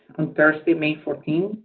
on thursday, may fourteen,